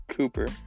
Cooper